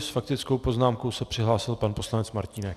S faktickou poznámkou se přihlásil pan poslanec Martínek.